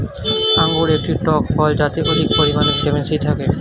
আঙুর একটি টক ফল যাতে অধিক পরিমাণে ভিটামিন সি থাকে